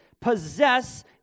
possess